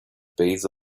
base